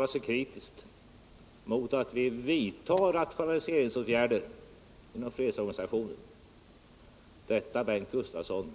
samtidigt kritisera att vi vidtar rationaliseringsåtgärder inom fredsorganisationen går inte ihop, Bengt Gustavsson.